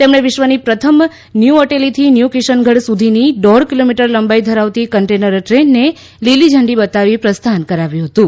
તેમણે વિશ્વની પ્રથમ ન્યુ અટેલીથી ન્યુ કિશનગઢ સુધીની દોઢ કિલોમીટર લંબાઇ ધરાવતી કન્ટેનર ટ્રેનને લીલી ઝંડી બતાવી પ્રસ્થાન કરાવ્યું હતુ